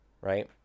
right